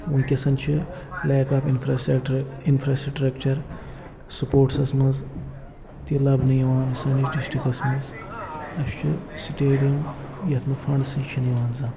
وٕنکٮ۪سن چھِ lack of infrastructure infrastructure sports منٛز تہِ لبنہٕ یِوان سٲنِس ڈسٹرکس منٛز اَسہِ چھُ سٹیڈیم یتھ نہٕ فنڈسٕے چھِنہٕ یِوان زانٛہہ